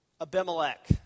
Abimelech